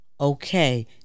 okay